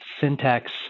syntax